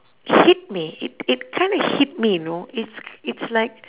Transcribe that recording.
hit me it it kinda hit me you know it's it's like